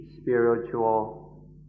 spiritual